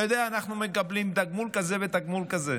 אתה יודע, אנחנו מקבלים תגמול כזה ותגמול כזה.